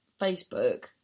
facebook